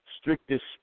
strictest